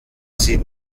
sie